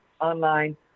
online